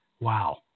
Wow